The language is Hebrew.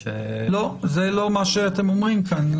זה לא מה שאתם אומרים כאן.